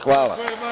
Hvala.